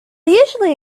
usually